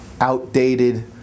outdated